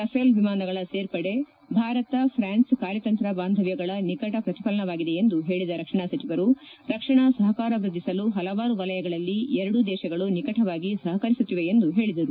Rafale ವಿಮಾನಗಳ ಸೇರ್ಪಡೆ Bharat France ಕಾರ್ಯತಂತ್ರ ಬಾಂಧವ್ಯಗಳ ನಿಕಟ ಪ್ರತಿಫಲನವಾಗಿದೆ ಎಂದು ಹೇಳಿದ ರಕ್ಷಣಾ ಸಚಿವರು ರಕ್ಷಣಾ ಸಹಕಾರ ವ್ಯದ್ಧಿಸಲು ಪಲವಾರು ವಲಯಗಳಲ್ಲಿ ಎರಡು ದೇಶಗಳು ನಿಕಟವಾಗಿ ಸಪಕರಿಸುತ್ತಿವೆ ಎಂದು ಹೇಳಿದರು